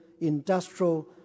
industrial